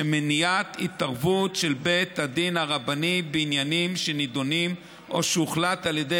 מניעת התערבות של בית הדין הרבני בעניינים שנדונים או שהוחלטו על ידי